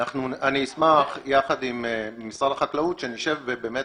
אני אשמח שיחד עם משרד החקלאות נשב ובאמת